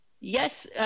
Yes